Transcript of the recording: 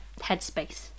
headspace